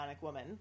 Woman